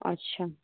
अच्छा